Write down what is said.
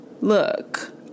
Look